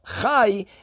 chai